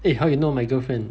eh how you know my girlfriend